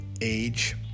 age